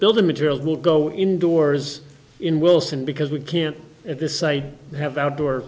building materials will go indoors in wilson because we can't at this site have outdoor